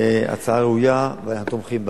ההצעה ראויה, ואנחנו תומכים בה.